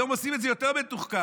היום עושים את זה יותר מתוחכם,